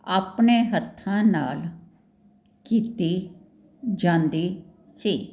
ਆਪਣੇ ਹੱਥਾਂ ਨਾਲ ਕੀਤੀ ਜਾਂਦੀ ਸੀ